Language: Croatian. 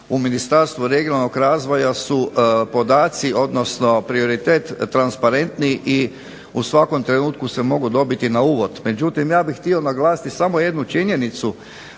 u Ministarstvu regionalnog razvoja su podaci, odnosno prioritet transparentni i u svakom trenutku se mogu dobiti na uvod. Međutim ja bih htio naglasiti samo jednu činjenicu,